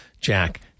Jack